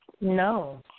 No